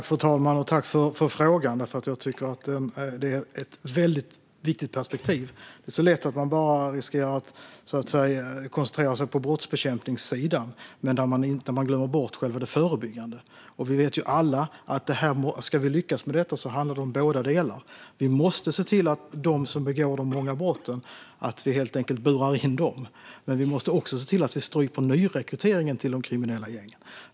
Fru talman! Tack för frågan! Jag tycker att det är ett viktigt perspektiv. Det är lätt att man koncentrerar sig enbart på brottsbekämpningssidan och glömmer bort det förebyggande. Vi vet ju alla att om vi ska lyckas med detta handlar det om båda delar. De som begår många brott, dem måste vi helt enkelt bura in. Men vi måste också se till att strypa nyrekryteringen till de kriminella gängen.